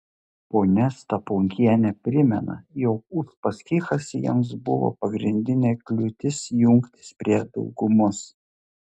ponia staponkienė primena jog uspaskichas jiems buvo pagrindinė kliūtis jungtis prie daugumos